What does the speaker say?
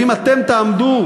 ואם אתם תעמדו,